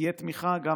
תהיה תמיכה קדימה,